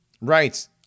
Right